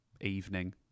evening